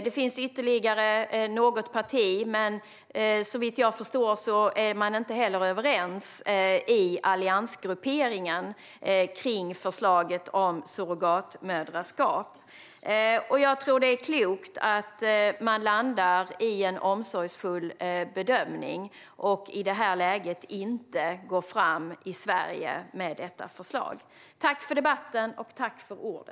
Det finns ytterligare något parti, men om jag förstått rätt är man inte överens inom alliansgrupperingen om förslaget om surrogatmoderskap. Jag tror att det är klokt att man landar i en omsorgsfull bedömning och att man i detta läge inte går vidare med förslaget i Sverige.